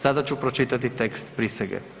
Sada ću pročitat tekst prisege.